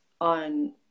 on